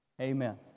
Amen